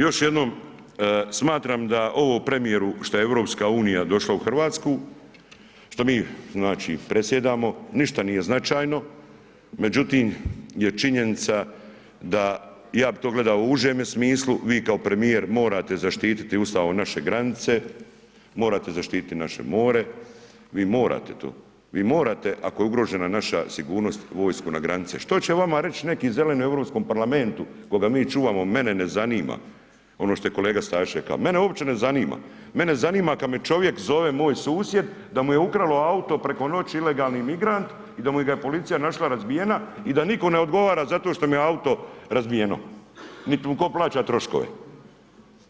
Još jednom smatram da ovo premijeru što je EU došla u RH, što mi znači presjedamo, ništa nije značajno, međutim je činjenica da, ja bi to gledao u užemu smislu, vi kao premijer morate zaštiti ustavom naše granice, morate zaštiti naše more, vi morate to, vi morate ako je ugrožena naša sigurnost vojsku na granice, što će vama reć neki zeleni u Europskom parlamentu koga mi čuvamo mene ne zanima, ono što je kolega Stazić reka, mene uopće ne zanima, mene zanima kad me čovjek zove, moj susjed da mu je ukralo auto preko noći ilegalni migrant i da mu ga je policija našla razbijena i da niko ne odgovara za to što mu je auto razbijeno, nit mu ko plaća troškove,